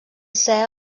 ser